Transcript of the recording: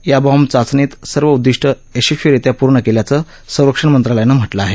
या बॉम्ब चाचणीत सर्व उद्दीष्ट यशस्वीरित्या पूर्ण कव्याचं संरक्षण मंत्रालयानं म्हटलं आहे